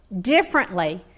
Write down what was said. differently